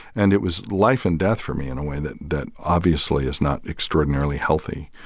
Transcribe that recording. and it was life and death for me in a way that that obviously is not extraordinarily healthy.